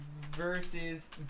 versus